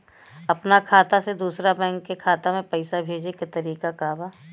अपना खाता से दूसरा बैंक के खाता में पैसा भेजे के तरीका का बा?